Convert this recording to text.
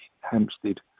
Hampstead